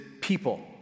people